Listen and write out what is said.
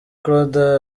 claude